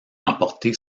emporter